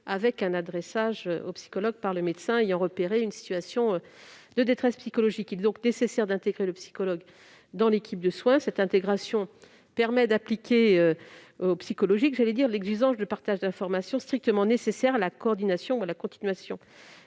un adressage au psychologue par le médecin ayant repéré une situation de détresse psychologique. Il est donc nécessaire d'intégrer le psychologue dans l'équipe de soins. Cette intégration permet de lui appliquer l'exigence de partage d'informations strictement nécessaires à la coordination ou à la continuation